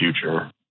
future